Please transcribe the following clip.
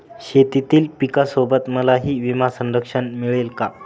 शेतीतील पिकासोबत मलाही विमा संरक्षण मिळेल का?